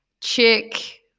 chick